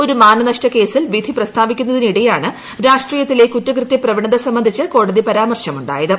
ഒരു മാനനഷ്ടകേസിൽ വിധി പ്രസ്താവിക്കുന്നതിനിടെയ്ണ് രാഷ്ട്രീയത്തിലെ കുറ്റകൃതൃ പ്രവണത സംബന്ധിച്ച് ക്ടോടിയി പ്രാമർശം ഉണ്ടായത്